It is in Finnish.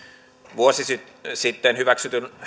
vuosi sitten sitten hyväksytyn